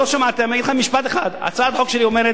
אני אגיד לכם משפט אחד: הצעת החוק שלי אומרת,